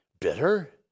bitter